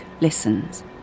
listens